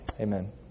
Amen